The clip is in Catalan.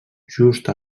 just